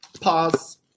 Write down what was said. Pause